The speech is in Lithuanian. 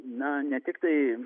na ne tiktai